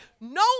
No